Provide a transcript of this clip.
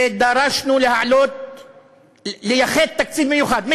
ודרשנו להעלות, לייחד תקציב מיוחד.